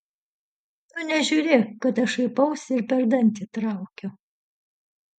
tu nežiūrėk kad aš šaipausi ir per dantį traukiu